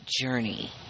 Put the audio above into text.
journey